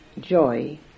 joy